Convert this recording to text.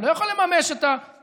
הוא לא יכול לממש את האהבה,